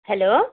hello